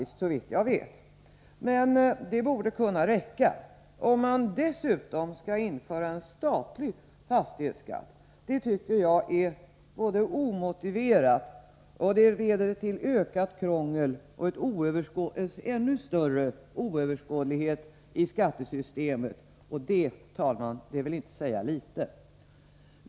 Det borde kunna räcka med den kommunala skatten. Att dessutom införa en statlig fastighetsskatt är omotiverat, och en sådan leder till ökat krångel och ännu större oöverskådlighet i skattesystemet. Det, herr talman, vill inte säga litet!